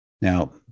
Now